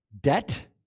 Debt